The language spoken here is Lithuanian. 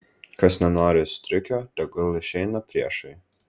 kas nenori striukio tegul išeina priešai